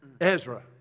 Ezra